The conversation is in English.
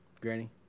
Granny